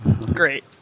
Great